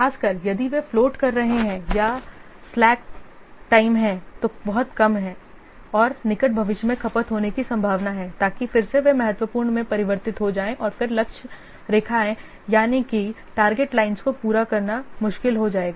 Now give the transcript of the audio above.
खासकर यदि वे float कर रहे हैं या slack टाइम हैं तो बहुत कम है और निकट भविष्य में खपत होने की संभावना है ताकि फिर से वे महत्वपूर्ण में परिवर्तित हो जाएं और फिर टारगेट लाइंस को पूरा करना मुश्किल हो जाएगा